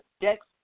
Dex